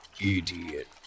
idiot